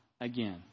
again